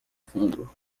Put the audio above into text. fundo